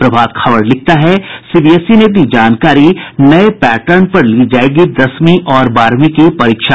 प्रभात खबर लिखता है सीबीएसई ने दी जानकारी नये पैटर्न पर ली जायेगी दसवीं और बारहवीं की परीक्षा